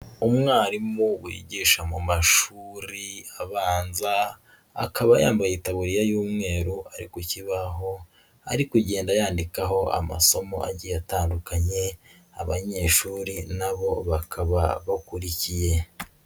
Umwarimu wigisha mu mashuri abanza akaba yambaye itaburiya y'umweru ari ku kibaho ari kugenda yandikaho amasomo agiye atandukanye, abanyeshuri na bo bakaba bakurikiye.